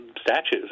statues